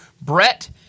Brett